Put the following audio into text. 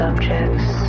objects